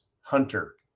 Hunter